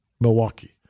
Milwaukee